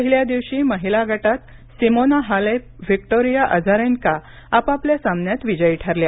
पहिल्या दिवशी महिला गटात सिमोना हालेप व्हिक्टोरिया अझारेन्का आपापल्या सामन्यात विजयी ठरल्या